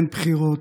אין בחירות,